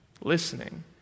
listening